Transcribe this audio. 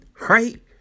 Right